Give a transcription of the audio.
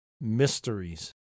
mysteries